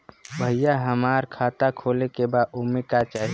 भईया हमार खाता खोले के बा ओमे का चाही?